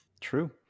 true